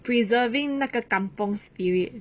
preserving 那个 kampung spirit